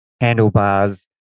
handlebars